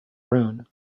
ruin